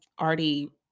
already